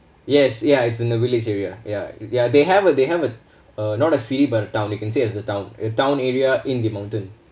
yes ya it's in the village area ya ya they have a they have a uh not a city but a town you can say it's a town a town area in the mountain